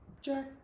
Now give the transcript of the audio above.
Jack